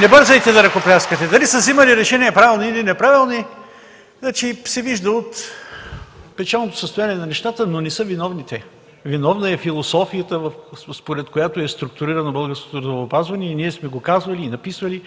Не бързайте да ръкопляскате! Дали са вземали решения правилни или неправилни се вижда от печалното състояние на нещата. Но не са виновни те. Виновна е философията, според която е структурирано българското здравеопазване и ние сме го казвали и написали.